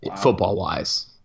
football-wise